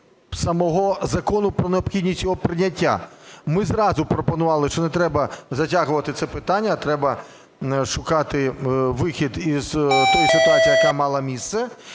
самого закону, про необхідність його прийняття. Ми зразу пропонували, що не треба затягувати це питання, а треба шукати вихід із тої ситуації, яка мала місце.